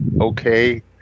okay